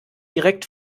direkt